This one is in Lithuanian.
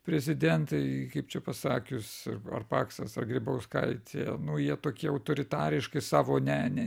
prezidentai kaip čia pasakius ar paksas ar grybauskaitė nu jie tokie autoritariškai savo ne ne